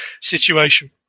situation